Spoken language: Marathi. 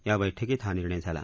या बैठकीत हा निर्णय झाला